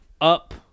up